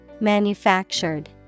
manufactured